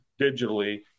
digitally